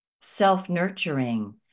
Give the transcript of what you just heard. self-nurturing